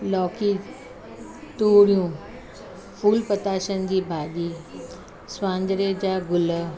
लौकी तूरियूं फूल पताशनि जी भाॼी स्वांजरे जा गुल